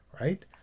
right